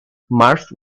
marthe